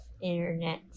internet